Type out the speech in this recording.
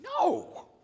No